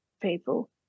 people